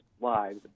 lives